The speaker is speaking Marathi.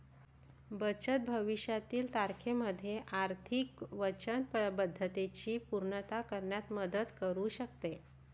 बचत भविष्यातील तारखेमध्ये आर्थिक वचनबद्धतेची पूर्तता करण्यात मदत करू शकते